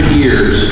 years